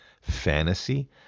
fantasy